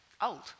old